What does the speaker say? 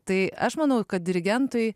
tai aš manau kad dirigentui